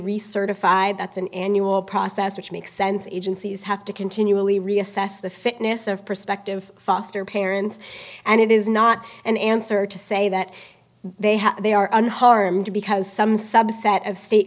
recertified that's an annual process which makes sense agencies have to continually reassess the fitness of perspective foster parents and it is not an answer to say that they have they are unharmed because some subset of state